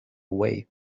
away